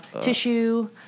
tissue